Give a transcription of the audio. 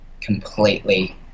completely